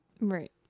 Right